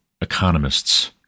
economists